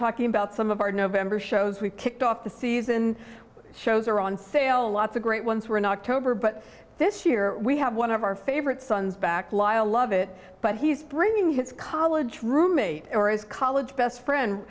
talking about some of our november shows we kicked off the season shows are on sale a lot the great ones were in october but this year we have one of our favorite sons back lyle lovett but he's bringing his college roommate or his college best friend